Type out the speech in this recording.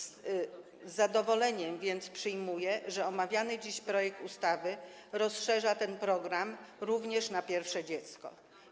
Z zadowoleniem więc przyjmuję, że omawiany dziś projekt ustawy rozszerza ten program również na pierwsze dziecko.